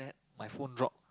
my phone drop